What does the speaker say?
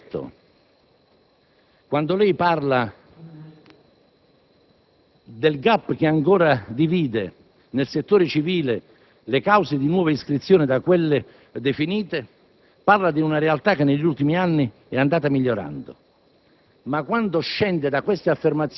è una buona aspirazione, ma chi frequenta professionalmente le carceri sa che oggi le condizioni di promiscuità, la mancanza di lavoro e la carenza di adeguati servizi igienici, infermieristici e medici sono una costante connotazione negativa su quasi tutto il territorio nazionale.